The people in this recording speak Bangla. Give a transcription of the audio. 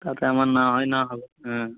তাতে আমার না হয় না হবে হ্যাঁ